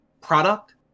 product